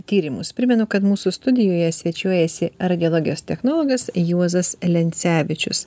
tyrimus primenu kad mūsų studijoje svečiuojasi radiologijos technologas juozas lencevičius